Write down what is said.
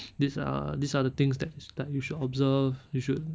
these are these are the things that is like you should observe you should